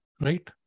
Right